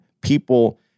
people